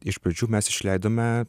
iš pradžių mes išleidome